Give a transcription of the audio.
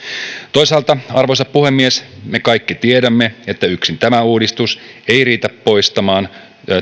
toisaalta arvoisa puhemies me kaikki tiedämme että yksin tämä uudistus ei riitä poistamaan